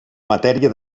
matèria